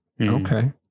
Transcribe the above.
Okay